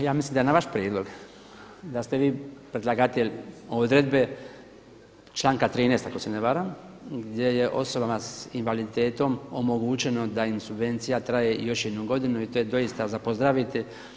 Ja mislim da je na vaš prijedlog, da ste vi predlagatelj odredbe članka 13. ako se ne varam, gdje je osobama s invaliditetom omogućeno da im subvencija traje još jednu godinu i to je doista za pozdraviti.